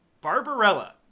Barbarella